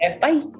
Bye